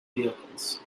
vehicles